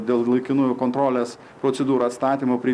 dėl laikinųjų kontrolės procedūrų atstatymo prie